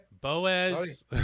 Boaz